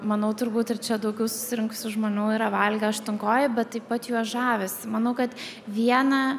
manau turbūt ir čia daugiau susirinkusių žmonių yra valgę aštunkojį bet taip pat juo žavisi manau kad vieną